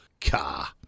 Car